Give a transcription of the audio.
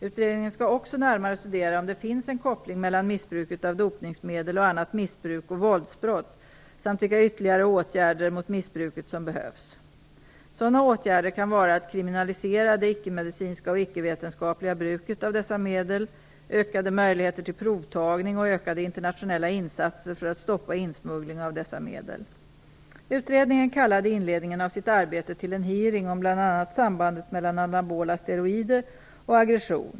Utredningen skall också närmare studera om det finns en koppling mellan missbruket av dopningsmedel och annat missbruk och våldsbrott samt vilka ytterligare åtgärder mot missbruket som behövs. Sådana åtgärder kan vara att kriminalisera det icke-medicinska och icke-vetenskapliga bruket av dessa medel, ökade möjligheter till provtagning och ökade internationella insatser för att stoppa insmuggling av dessa medel. Utredningen kallade i inledningen av sitt arbete till en hearing om bl.a. sambandet mellan anabola steroider och aggression.